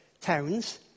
towns